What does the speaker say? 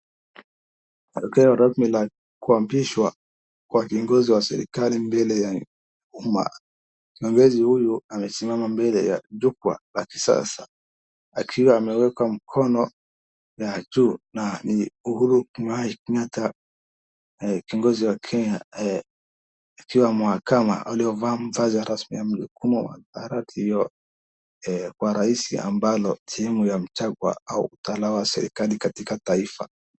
Tokeo rasmi la kuapishwa kwa kiongozi wa serikali mbele ya umma, kiongozi huyu amesimama mbele ya jukwaa la kisasa akiwa ameweka mkono juu, na ni Uhuru Mwigai Kenyatta kiongozi wa Kenya, akiwa mwakama aliovaa mavazi rasmi kwa rais ambayo sehemu ya mchagua au mtaalamu wa serikali katika taifa.